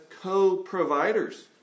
co-providers